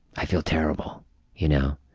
i feel terrible you know.